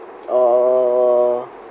uh